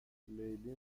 لیلی